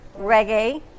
reggae